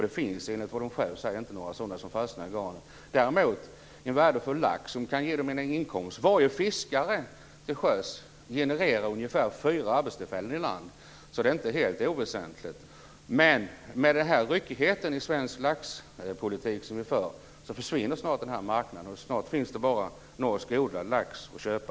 Det finns enligt vad de själva säger inte några tumlare som fastnar i garnen. Däremot kan de fånga en värdefull lax som kan ge dem inkomst. Varje fiskare till sjöss genererar ungefär fyra arbetstillfällen i land, så det är inte oväsentligt. Men med denna ryckighet i den svenska laxpolitik som vi för försvinner marknaden, och snart finns det tyvärr bara norsk odlad lax att köpa.